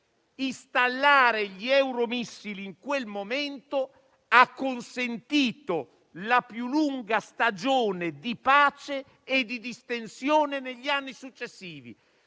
installare gli euromissili in quel momento ha consentito la più lunga stagione di pace e di distensione negli anni successivi,